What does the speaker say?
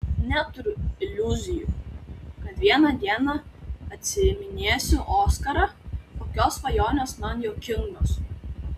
neturiu iliuzijų kad vieną dieną atsiiminėsiu oskarą tokios svajonės man juokingos